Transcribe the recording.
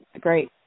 Great